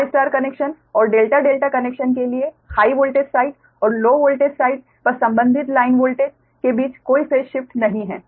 star star connection और delta delta connection के लिए हाइ वोल्टेज साइड और लो वोल्टेज साइड पर संबंधित लाइन वोल्टेज के बीच कोई फेस शिफ्ट नहीं है